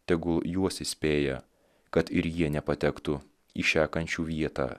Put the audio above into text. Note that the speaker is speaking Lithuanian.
tegul juos įspėja kad ir jie nepatektų į šią kančių vietą